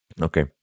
Okay